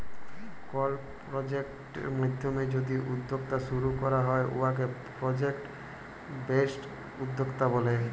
call project মাইধ্যমে যদি উদ্যক্তা শুরু ক্যরা হ্যয় উয়াকে পরজেক্ট বেসড উদ্যক্তা ব্যলে